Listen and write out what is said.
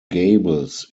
gables